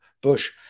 Bush